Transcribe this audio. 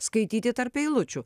skaityti tarp eilučių